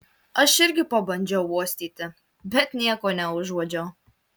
aš irgi pabandžiau uostyti bet nieko neužuodžiau